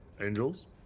Angels